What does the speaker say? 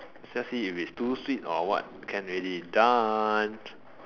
just see if is too sweet or what can already done